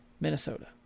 Minnesota